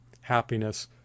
happiness